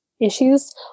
issues